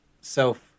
self